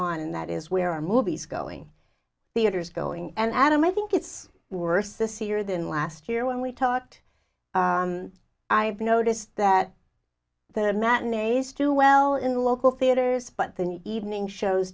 on and that is where our movie's going theaters going and adam i think it's worse this year than last year when we taught i noticed that the matinees do well in local theaters but the evening shows